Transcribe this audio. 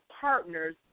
partners